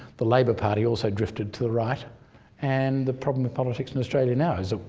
the labour party also drifted to the right and the problem with politics in australia now is that